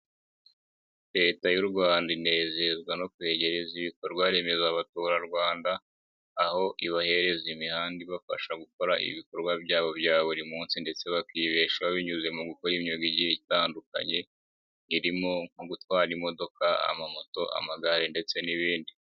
Leta y'u Rwanda inezezwa no kwegereza ibikorwa remezo Abaturarwanda, aho ibahereza imihanda ibafasha gukora ibikorwa byabo bya buri munsi ndetse bakibesha binyuze mu gukora imyuga itandukanye, irimo nko gutwara imodoka, amamoto, amagare ndetse n'ibindi.